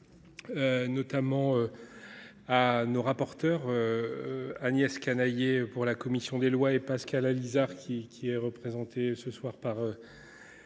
remerciements à nos rapporteurs, Agnès Canayer pour la commission des lois et Pascal Allizard, qui est représenté ce soir par